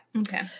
Okay